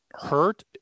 hurt